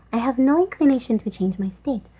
i have no inclination to change my state,